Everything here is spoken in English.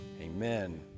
amen